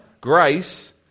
grace